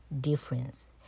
difference